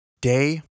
Day